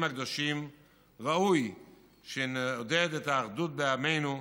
הקדושים ראוי שנעודד את האחדות בעמנו,